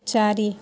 ଚାରି